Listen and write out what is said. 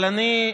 אבל אני,